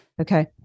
Okay